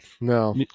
no